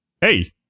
Hey